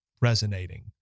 resonating